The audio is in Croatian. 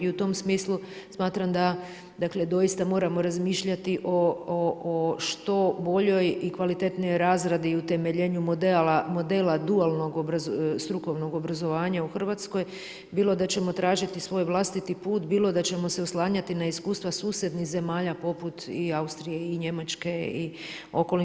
I u tom smislu smatram da, dakle doista moramo razmišljati o što boljoj i kvalitetnijoj razradi i utemeljenju modela dualnog strukovnog obrazovanja u Hrvatskoj bilo da ćemo tražiti svoj vlastiti put, bilo da ćemo se oslanjati na iskustva susjednih zemalja i Austrije i Njemačke i okolnih.